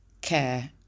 care